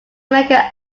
american